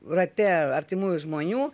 rate artimųjų žmonių